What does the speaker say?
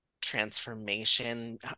transformation